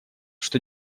что